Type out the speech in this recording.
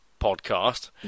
podcast